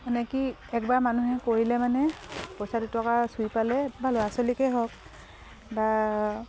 মানে কি একবাৰ মানুহে কৰিলে মানে পইচা দুটকা চুই পালে বা ল'ৰা ছোৱালীকেই হওক বা